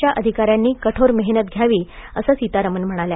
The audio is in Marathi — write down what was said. च्या अधिकाऱ्यांनी कठोर मेहनत घ्यावी असं सीतारामन म्हणाल्या